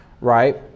right